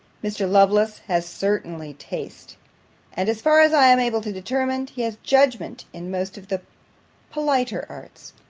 mr. lovelace has certainly taste and, as far as i am able to determine, he has judgment in most of the politer arts.